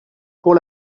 pour